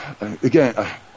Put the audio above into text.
Again